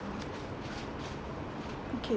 okay